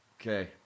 Okay